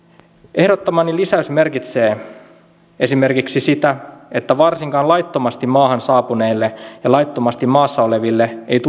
ehdottamani lisäys merkitsee esimerkiksi sitä että varsinkaan laittomasti maahan saapuneille ja laittomasti maassa oleville ei